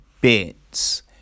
bits